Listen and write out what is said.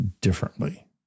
differently